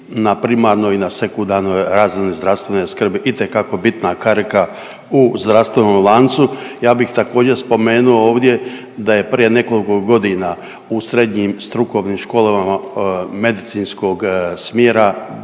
na primarnoj i na sekundarnoj razini zdravstvene skrbi itekako bitna karika u zdravstvenom lancu. Ja bih također spomenuo ovdje da je prije nekoliko godina u Srednjim strukovnim školama medicinskog smjera,